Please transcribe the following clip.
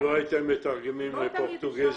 אם לא הייתם מתרגמים לפורטוגזית,